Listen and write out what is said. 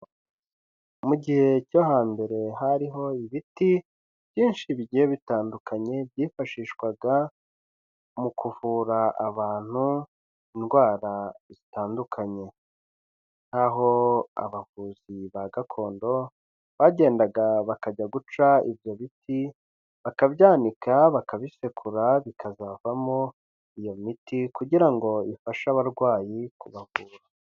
Mu gihe cyo hambere hariho ibiti byinshi bigiye bitandukanye byifashishwaga mu kuvura abantu indwara zitandukanye naho abavuzi ba gakondo bagendaga bakajya guca ibyo biti bakabynika bakabisekura bikazavamo iyo miti kugira ngo i fashe abarwayi kubana uko bivura.